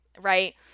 right